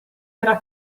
era